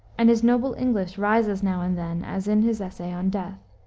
and his noble english rises now and then, as in his essay on death,